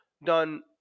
done